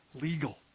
legal